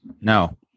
No